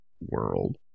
world